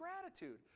gratitude